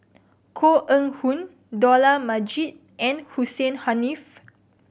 Koh Eng Hoon Dollah Majid and Hussein Haniff